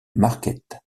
marquette